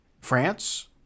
France